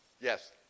yes